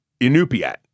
Inupiat